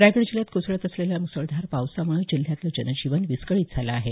रायगड जिल्ह्यात कोसळत असलेल्या मुसळधार पावसामुळं जिल्ह्यातलं जनजीवन विस्कळीत झालं आहे